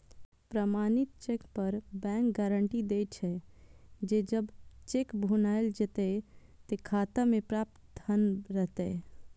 प्रमाणित चेक पर bank guarantee दै छे, जे जब चेक भुनाएल जेतै, ते खाता मे पर्याप्त धन रहतै